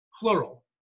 plural